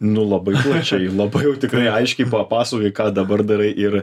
nu labai plačiai labai jau tikrai aiškiai papasakojai ką dabar darai ir